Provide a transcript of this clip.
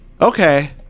okay